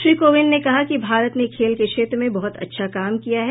श्री कोविंद ने कहा कि भारत ने खेल के क्षेत्र में बहत अच्छा काम किया है